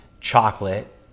chocolate